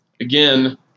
Again